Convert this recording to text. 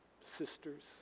sisters